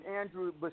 Andrew